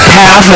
half